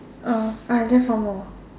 uh I have left one more